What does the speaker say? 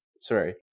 Sorry